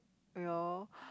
you know